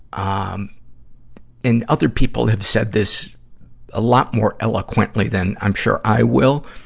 um and other people have said this a lot more eloquently than i'm sure i will,